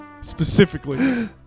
Specifically